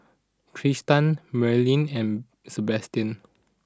Tristan Merilyn and Sebastian